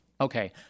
Okay